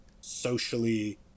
socially